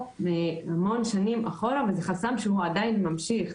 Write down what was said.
מהמון שנים אחורה וזה חסם שהוא עדיין ממשיך,